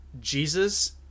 jesus